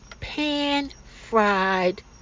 pan-fried